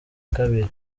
kabiri